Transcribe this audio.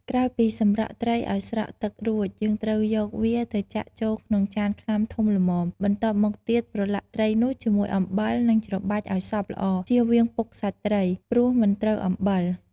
ក្រោយពីសម្រក់ត្រីឱ្យស្រក់ទឹករួច យើងត្រូវយកវាទៅចាក់ចូលក្នុងចានខ្លាំធំល្មម បន្ទាប់មកទៀត ប្រឡាក់ត្រីនោះជាមួយអំបិល និងច្របាច់ឱ្យសព្វល្អ ចៀសវាងពុកសាច់ត្រី ព្រោះមិនត្រូវអំបិល។